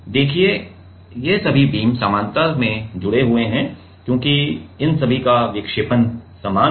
देखिए ये सभी बीम समानांतर में जुड़े हुए हैं क्योंकि इन सभी का विक्षेपण समान है